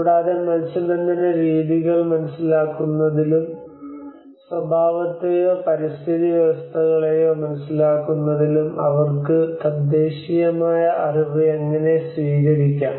കൂടാതെ മത്സ്യബന്ധന രീതികൾ മനസിലാക്കുന്നതിലും സ്വഭാവത്തെയോ പരിസ്ഥിതി വ്യവസ്ഥകളെയോ മനസിലാക്കുന്നതിലും അവർക്ക് തദ്ദേശീയമായ അറിവ് എങ്ങനെ സ്വീകരിക്കാം